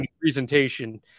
presentation